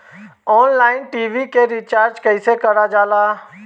Online TV के recharge कईसे करल जाला?